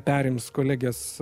perims kolegės